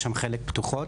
יש שם חלק פתוחות,